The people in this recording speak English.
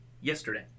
yesterday